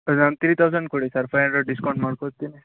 three thousand ಕೊಡಿ sir five hundred discount ಮಾಡ್ಕೋತೀನಿ